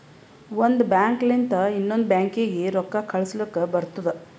ಒಂದ್ ಬ್ಯಾಂಕ್ ಲಿಂತ ಇನ್ನೊಂದು ಬ್ಯಾಂಕೀಗಿ ರೊಕ್ಕಾ ಕಳುಸ್ಲಕ್ ಬರ್ತುದ